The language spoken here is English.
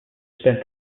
spent